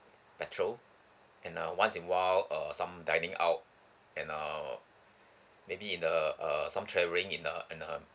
petrol and uh once in a while uh some dining out and uh maybe in the uh some travelling in a in a